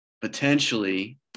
potentially